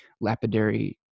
lapidary